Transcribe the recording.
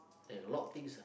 and a lot things ah